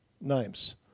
names